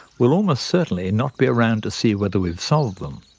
will almost certainly not be around to see whether we've solved them.